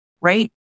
right